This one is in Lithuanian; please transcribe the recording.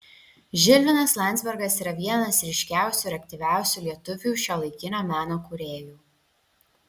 žilvinas landzbergas yra vienas ryškiausių ir aktyviausių lietuvių šiuolaikinio meno kūrėjų